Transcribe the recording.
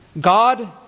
God